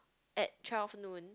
at twelve noon